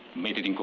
made it